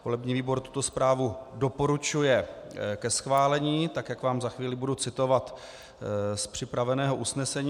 Volební výbor tuto zprávu doporučuje ke schválení, tak jak vám za chvíli budu citovat z připraveného usnesení.